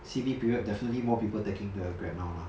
C_B period definitely more people taking the Grab now lah